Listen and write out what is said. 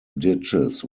ditches